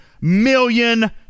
million